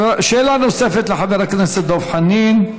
שאלה נוספת לחבר הכנסת דב חנין.